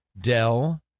Dell